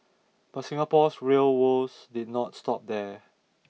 but Singapore's rail woes did not stop there